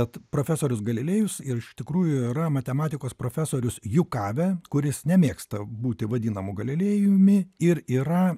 bet profesorius galilėjus iš tikrųjų yra matematikos profesorius jukave kuris nemėgsta būti vadinamu galilėjumi ir yra